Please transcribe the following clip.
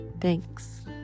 thanks